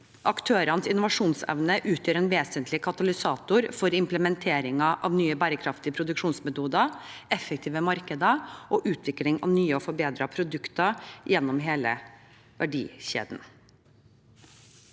aktørenes innovasjonsevne utgjør en vesentlig katalysator for implementeringen av nye bærekraftige produksjonsmetoder, effektive markeder og utvikling av nye og forbedrede produkter gjennom hele verdikjeden.